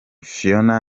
phionah